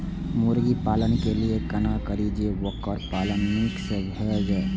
मुर्गी पालन के लिए केना करी जे वोकर पालन नीक से भेल जाय?